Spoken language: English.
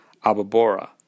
Ababora